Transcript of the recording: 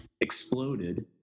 exploded